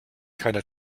keine